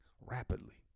rapidly